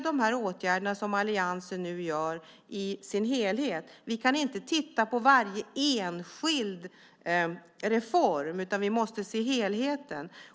De åtgärder som alliansen vidtar måste vi se i sin helhet. Vi kan inte titta på varje enskild reform, utan vi måste se helheten.